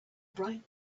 bright